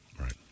Right